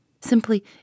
simply